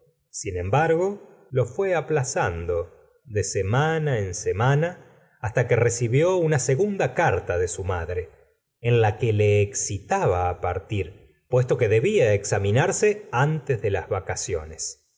sin embargo lo fué aplazando de semana en semana hasta que recibió una segunda carta de su madre la señora de bovary rerr gustavo flaummt en la que le excitaba partir puesto que debía examinarse antes de las vacaciones